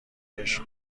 عشق